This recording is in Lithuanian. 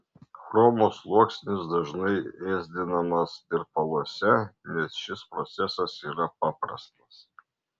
chromo sluoksnis dažnai ėsdinamas tirpaluose nes šis procesas yra paprastas